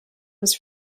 was